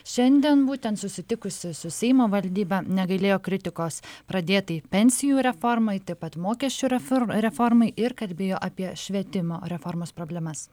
šiandien būtent susitikusi su seimo valdyba negailėjo kritikos pradėtai pensijų reformai taip pat mokesčių reform reformai ir kalbėjo apie švietimo reformos problemas